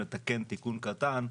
לתקן תיקון קטן.